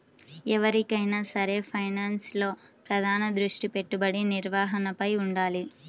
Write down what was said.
ఎవరికైనా సరే ఫైనాన్స్లో ప్రధాన దృష్టి పెట్టుబడి నిర్వహణపైనే వుండాలి